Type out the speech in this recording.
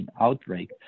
outbreak